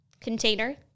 container